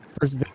First